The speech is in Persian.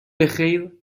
بخیر